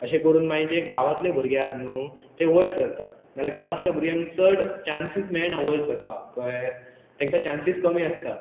अशें करून माग जे गांवातले भुरगे आहात न्हू ते वयर सरतात नाल्यार गांवातल्या भुरग्यांक चड चान्सीस मेळना वयर सरपाक कळ्ळें तेंकां चान्सीस कमी आसता